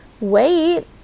wait